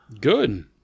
Good